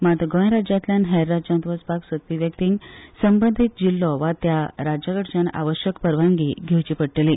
मात गोंय राज्यांतल्यान हेर राज्यांत वचपाक सोदपी व्यक्तीक संबंदींत जिल्हो वा त्या राज्या कडल्यान आवश्यक परवानगी घेवची पडटली